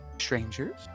strangers